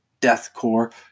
deathcore